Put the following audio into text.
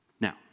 Now